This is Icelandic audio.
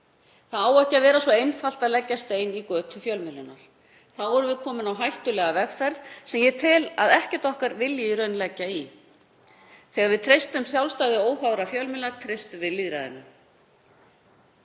það á ekki að vera svo einfalt að leggja stein í götu fjölmiðlanna. Þá erum við komin á hættulega vegferð sem ég tel að ekkert okkar vilji í raun leggja í. Þegar við treystum sjálfstæði óháðra fjölmiðla treystum við lýðræðinu.